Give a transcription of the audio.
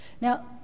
Now